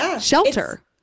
shelter